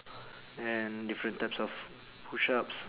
and different types of push ups